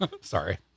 Sorry